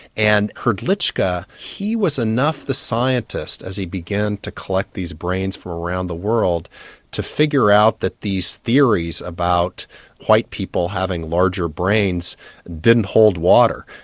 and hrdlicka, he was enough the scientist as he began to collect these brains from around the world to figure out that these theories about white people having larger brains didn't hold water,